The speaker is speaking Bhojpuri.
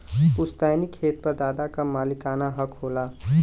पुस्तैनी खेत पर दादा क मालिकाना हक होला